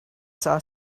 saw